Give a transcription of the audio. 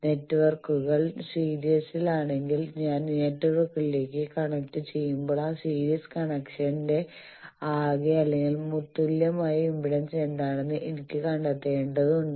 നെറ്റ്വർക്കുകൾ സീരീസിലാണെങ്കിൽ ഞാൻ നെറ്റ്വർക്കുകളിലേക്ക് കണക്റ്റുചെയ്യുമ്പോൾ ആ സീരീസ് കണക്ഷന്റെ ആകെ അല്ലെങ്കിൽ തത്തുല്യമായ ഇംപെഡൻസ് എന്താണെന്ന് എനിക്ക് കണ്ടെത്തേണ്ടതുണ്ട്